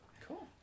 Cool